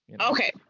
Okay